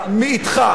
אתך,